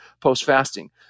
post-fasting